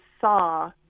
saw